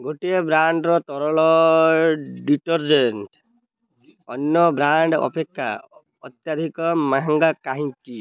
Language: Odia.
ଗୋଟିଏ ବ୍ରାଣ୍ଡ୍ର ତରଳ ଡିଟର୍ଜେଣ୍ଟ୍ ଅନ୍ୟ ବ୍ରାଣ୍ଡ୍ ଅପେକ୍ଷା ଅତ୍ୟଧିକ ମହଙ୍ଗା କାହିଁକି